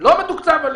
לא מתוקצב.